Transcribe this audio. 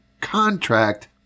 contract